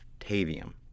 tavium